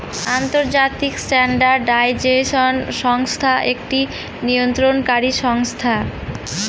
আন্তর্জাতিক স্ট্যান্ডার্ডাইজেশন সংস্থা একটি নিয়ন্ত্রণকারী সংস্থা